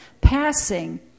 passing